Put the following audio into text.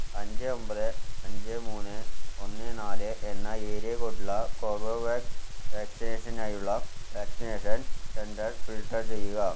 അഞ്ച് ഒമ്പത് അഞ്ച് മുന്ന് ഒന്ന് നാല് എന്ന ഏരിയ കോഡ് ഉള്ള കോർബെവാക്സ് വാക്സിനേഷനായുള്ള വാക്സിനേഷൻ സെന്റർ ഫിൽട്ടർ ചെയ്യുക